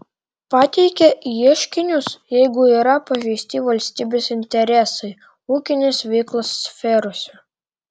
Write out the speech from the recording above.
pateikia ieškinius jeigu yra pažeisti valstybės interesai ūkinės veiklos sferose